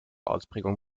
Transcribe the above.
ausprägung